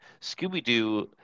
Scooby-Doo